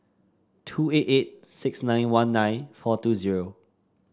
two eight eight six nine one nine four two zero